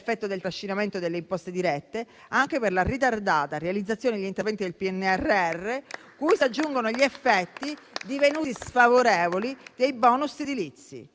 effetto del trascinamento delle imposte dirette, anche per la ritardata realizzazione di interventi del PNRR cui si aggiungono gli effetti, divenuti sfavorevoli, dei *bonus* edilizi.